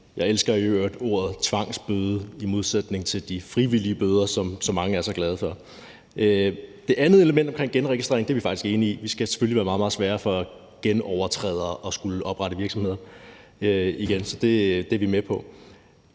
Jeg elsker i øvrigt ordet tvangsbøder i modsætning til de frivillige bøder, som mange er så glade for. Det andet element omkring genregistrering er vi faktisk enige i. Det skal selvfølgelig være meget, meget sværere for genovertrædere at skulle oprette en virksomhed igen. Så det er vi med på.